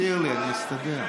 שירלי, אני אסתדר.